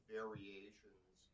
variations